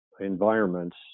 environments